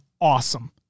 awesome